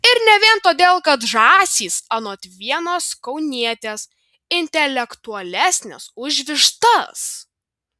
ir ne vien todėl kad žąsys anot vienos kaunietės intelektualesnės už vištas